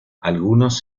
algunos